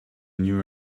new